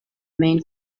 main